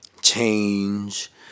change